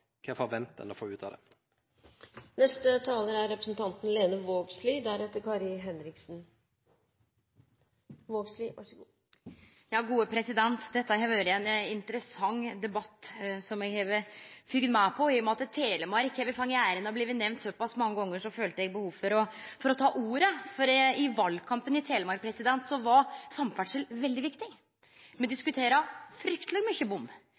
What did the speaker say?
hva man forventer å få ut av det. Dette har vore ein interessant debatt, som eg har følgt med på. I og med at Telemark har fått æra av å bli nemnd så pass mange gonger, følte eg behov for å ta ordet. I valkampen i Telemark var samferdsel veldig viktig. Me diskuterte frykteleg mykje bom.